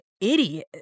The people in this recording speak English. idiot